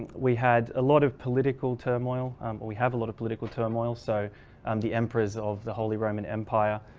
we had a lot of political turmoil but we have a lot of political turmoil. so um the emperor's of the holy roman empire